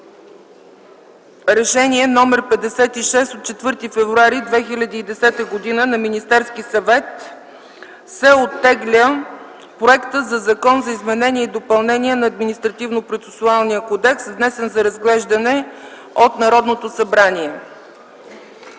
Решение № 56 от 4.2.2010 г. на Министерския съвет се оттегля Законопроектът за изменение и допълнение на Административнопроцесуалния кодекс, внесен за разглеждане в Народното събрание.